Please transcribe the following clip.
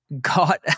got